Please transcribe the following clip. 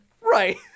Right